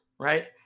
Right